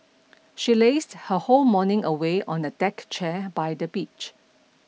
she lazed her whole morning away on a deck chair by the beach